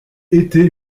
été